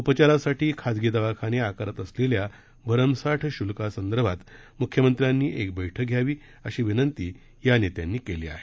उपचारासाठी खाजगी दवाखाने आकारत असलेल्या भरमसाठ शुल्कासंदर्भात मुख्यमंत्र्यांनी एक बैठक घ्यावी अशी विनंती या नेत्यांनी केली आहे